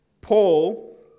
Paul